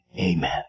amen